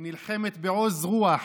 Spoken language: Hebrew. היא נלחמת בעוז רוח